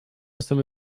some